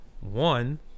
One